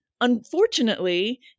unfortunately